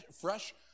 fresh